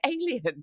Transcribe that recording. alien